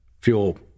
fuel